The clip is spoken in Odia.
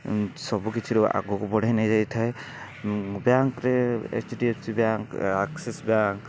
ସବୁ କିଛି ରୁ ଆଗକୁ ବଢ଼ାଇ ନେଇ ଯାଇଥାଏ ବ୍ୟାଙ୍କରେ ଏଚଡ଼ିଏଫସି ବ୍ୟାଙ୍କ ଆକ୍ସିସ ବ୍ୟାଙ୍କ